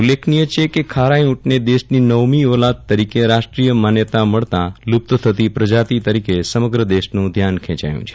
ઉલ્લેખનીય છે કે ખારાઈ ઉંટને દેશની નવમી ઓલાદ તરીકે રાષ્ટ્રીય માન્યતા મળતા લુપ્ત થતી પ્રજાતી તરફ સમગ્ર દેશનું ધ્યાન ખેંચાયું છે